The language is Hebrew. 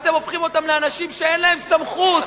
אתם הופכים אותם לאנשים שאין להם סמכות.